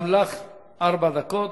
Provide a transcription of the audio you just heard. גם לך ארבע דקות.